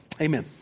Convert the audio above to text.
Amen